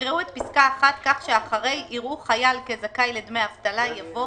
יקראו את פסקה (1) כך שאחרי "יראו חייל כזכאי לדמי אבטלה" יבוא